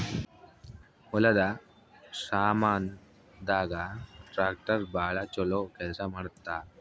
ಹೊಲದ ಸಾಮಾನ್ ದಾಗ ಟ್ರಾಕ್ಟರ್ ಬಾಳ ಚೊಲೊ ಕೇಲ್ಸ ಮಾಡುತ್ತ